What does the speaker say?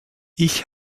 ich